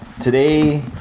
Today